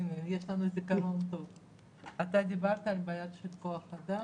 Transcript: אתה דיברת על בעיה של כוח אדם.